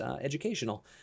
educational